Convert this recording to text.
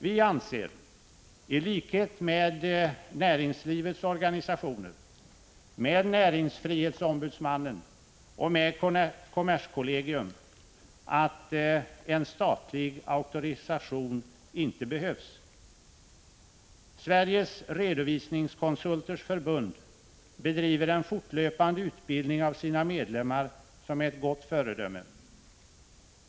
Vi anser, i likhet med näringslivets organisationer, näringsfrihetsombudsmannen och kommerskollegium att en statlig auktorisation inte behövs. Sveriges Redovisningskonsulters förbund, som bedriver en fortlöpande utbildning av sina medlemmar, är ett gott föredöme.